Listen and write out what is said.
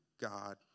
God